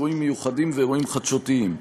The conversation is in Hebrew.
אירועים מיוחדים ואירועים חדשותיים.